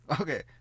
Okay